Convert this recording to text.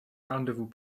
rendezvous